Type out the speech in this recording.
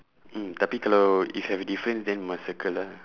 mm tapi kalau if have difference then must circle lah